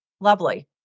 Lovely